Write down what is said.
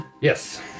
Yes